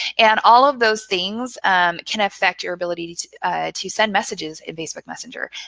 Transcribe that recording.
and all of those things can affect your ability to to send messages in facebook messenger,